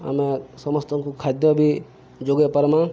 ଆମେ ସମସ୍ତଙ୍କୁ ଖାଦ୍ୟ ବି ଯୋଗେଇ ପାରମା